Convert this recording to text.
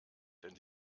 denn